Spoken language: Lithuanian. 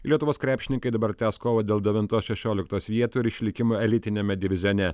lietuvos krepšininkai dabar tęs kovą dėl devintos šešioliktos vietų ir išlikimo elitiniame divizione